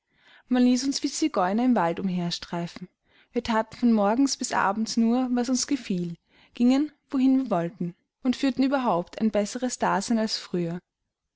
man ließ uns wie zigeuner im walde umher streifen wir thaten von morgens bis abends nur was uns gefiel gingen wohin wir wollten und führten überhaupt ein besseres dasein als früher